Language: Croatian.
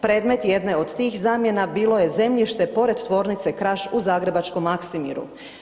Predmet jedne od tih zamjena bilo je zemljišta pored tvornice Kraš u zagrebačkom Maksimiru.